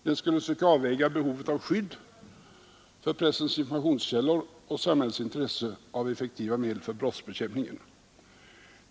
Den skulle försöka avväga behovet av skydd för pressens informationskällor och samhällets intressen av effektiva medel för brottsbekämpningen.